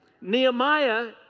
Nehemiah